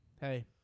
hey